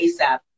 ASAP